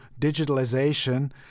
digitalization